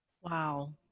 Wow